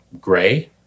gray